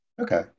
okay